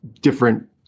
different